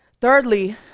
Thirdly